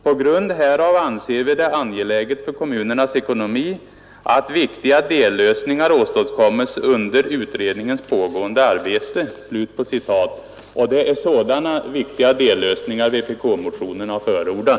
På grund härav anser vi det angeläget för kommunernas ekonomi att viktiga dellösningar åstadkommes under utredningens pågående arbete.” Det är sådana viktiga dellösningar vpk-motionen har förordat.